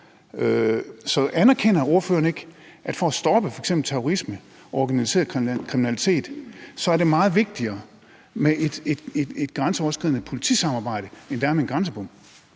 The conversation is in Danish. Så anerkender ordføreren ikke, at for at stoppe f.eks. terrorisme og organiseret kriminalitet er det meget vigtigere med et grænseoverskridende politisamarbejde, end det er med en grænsebom?